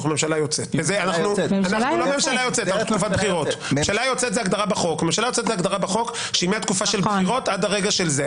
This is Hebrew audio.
ממשלה יוצאת זאת הגדרה בחוק שהיא מהתקופה של בחירות עד הרגע הזה.